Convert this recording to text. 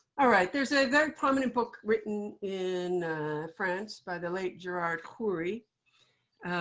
ah right. there's a very prominent book written in france by the late gerard khoury,